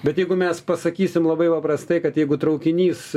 bet jeigu mes pasakysim labai paprastai kad jeigu traukinys